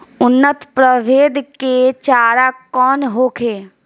उन्नत प्रभेद के चारा कौन होखे?